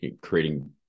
creating